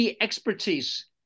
expertise